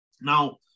Now